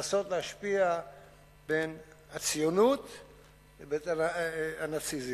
לנסות להשוות בין הציונות לבין הנאציזם.